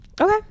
Okay